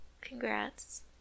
Congrats